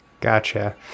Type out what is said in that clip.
Gotcha